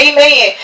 Amen